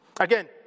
Again